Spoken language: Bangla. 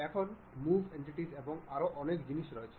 এখানে মুভ এন্টিটিস এবং আরও অনেক জিনিস রয়েছে